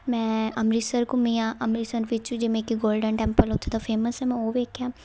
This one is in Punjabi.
ਮੈਂ ਅੰਮ੍ਰਿਤਸਰ ਘੁੰਮੀ ਹਾਂ ਅੰਮ੍ਰਿਤਸਰ ਵਿੱਚ ਜਿਵੇਂ ਕਿ ਗੋਲਡਨ ਟੈਂਪਲ ਉੱਥੇ ਦਾ ਫੇਮਸ ਹੈ ਮੈਂ ਉਹ ਵੇਖਿਆ